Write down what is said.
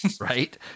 right